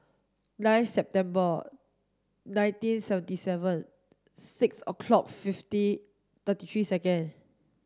nine September nineteen seventy seven six o'clock fifty thirty three second